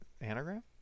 anagram